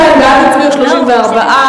בעד הצביעו 34,